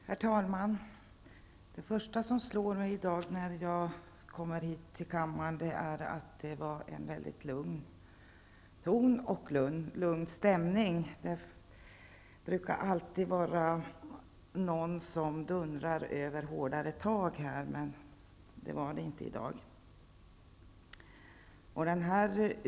Herr talman! Det första som slår mig i dag när jag kommer hit till kammaren är att debatten förs i en väldigt lugn ton och att det råder en lugn stämning. Det brukar alltid vara någon som dundrar om hårdare tag, men så är det inte i dag.